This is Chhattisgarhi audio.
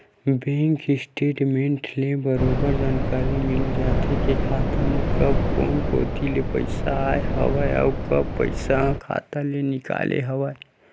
बेंक स्टेटमेंट ले बरोबर जानकारी मिल जाथे के खाता म कब कोन कोती ले पइसा आय हवय अउ कब पइसा ह खाता ले निकले हवय